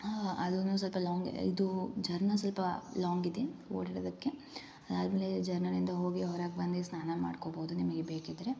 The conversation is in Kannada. ಹಾಂ ಅದು ಸ್ವಲ್ಪ ಲಾಂಗ್ ಇದು ಜರ್ನ ಸ್ವಲ್ಪ ಲಾಂಗಿದೆ ಓಡಾಡೋದಕ್ಕೆ ಅದಾದಮೇಲೆ ಜರ್ನಲಿಂದ ಹೋಗಿ ಹೊರಗೆ ಬಂದು ಸ್ನಾನ ಮಾಡ್ಕೊಬೋದು ನಿಮಗೆ ಬೇಕಿದ್ರೆ